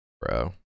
Bro